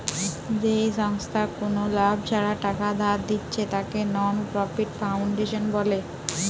যেই সংস্থা কুনো লাভ ছাড়া টাকা ধার দিচ্ছে তাকে নন প্রফিট ফাউন্ডেশন বলে